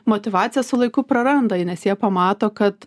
motyvaciją su laiku praranda nes jie pamato kad